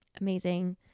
Amazing